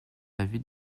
avis